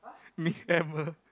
meat hammer